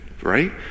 right